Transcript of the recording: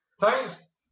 Thanks